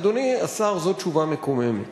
אדוני השר, זו תשובה מקוממת,